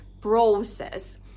process